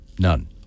None